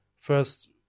first